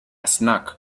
snack